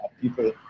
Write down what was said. People